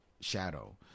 shadow